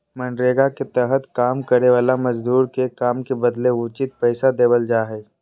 मनरेगा के तहत काम करे वाला मजदूर के काम के बदले उचित पैसा देवल जा हय